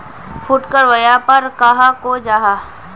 फुटकर व्यापार कहाक को जाहा?